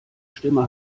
stimme